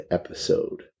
episode